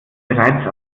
bereits